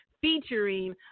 featuring